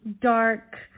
dark